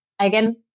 Again